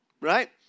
Right